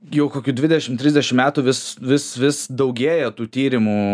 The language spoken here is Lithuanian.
jau kokių dvidešim trisdešim metų vis vis vis daugėja tų tyrimų